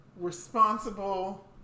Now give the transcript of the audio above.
responsible